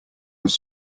was